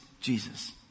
Jesus